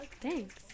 Thanks